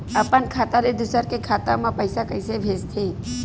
अपन खाता ले दुसर के खाता मा पईसा कइसे भेजथे?